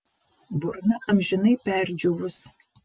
burna amžinai perdžiūvus